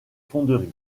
fonderies